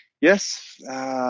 yes